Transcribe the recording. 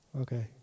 Okay